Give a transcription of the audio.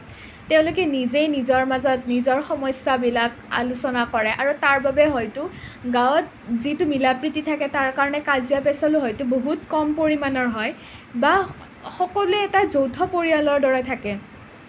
তেওঁলোকে নিজেই নিজৰ মাজত নিজৰ সমস্যাবিলাক আলোচনা কৰে আৰু তাৰ বাবে হয়তো গাঁৱত যিটো মিলা প্ৰীতি থাকে তাৰ কাৰণে কাজিয়া পেচালো হয়তো বহুত কম পৰিমাণৰ হয় বা সকলোৱে এটা যৌথ পৰিয়ালৰ দৰে থাকে